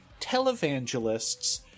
televangelists